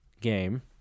game